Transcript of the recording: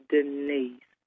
Denise